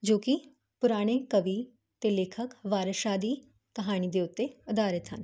ਜੋ ਕੀ ਪੁਰਾਣੇ ਕਵੀ ਤੇ ਲੇਖਕ ਵਾਰਸ਼ ਸ਼ਾਹ ਦੀ ਕਹਾਣੀ ਦੇ ਉੱਤੇ ਅਧਾਰਿਤ ਹਨ